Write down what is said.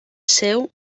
seu